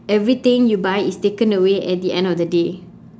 everything you buy is taken away at the end of the day